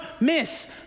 miss